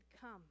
come